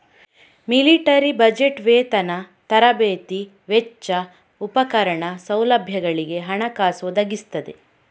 military budget ವೇತನ, ತರಬೇತಿ ವೆಚ್ಚ, ಉಪಕರಣ, ಸೌಲಭ್ಯಗಳಿಗೆ ಹಣಕಾಸು ಒದಗಿಸ್ತದೆ